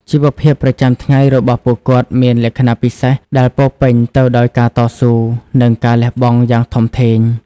ជីវភាពប្រចាំថ្ងៃរបស់ពួកគាត់មានលក្ខណៈពិសេស ដែលពោរពេញទៅដោយការតស៊ូ និងការលះបង់យ៉ាងធំធេង។